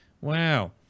Wow